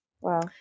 Wow